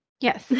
Yes